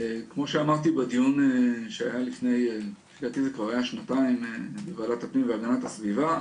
כמו שאמרתי בדיון לפני שנתיים בוועדת הפנים והגנת הסביבה,